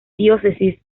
diócesis